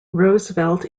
roosevelt